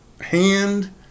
hand